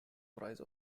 price